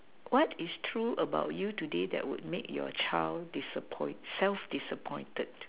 what is true about you today that would make your child disappoint self disappointed